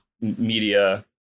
media